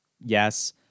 yes